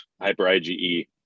hyper-IgE